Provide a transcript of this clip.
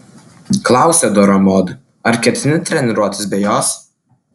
klausia dora mod ar ketini treniruotis be jos